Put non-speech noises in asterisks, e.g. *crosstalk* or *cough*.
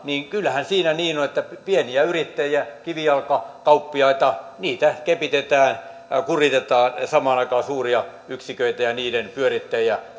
niin kyllähän siinä niin on että pieniä yrittäjiä kivijalkakauppiaita kepitetään kuritetaan ja samaan aikaan suuria yksiköitä ja niiden pyörittäjiä *unintelligible*